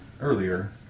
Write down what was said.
earlier